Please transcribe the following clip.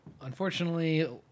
Unfortunately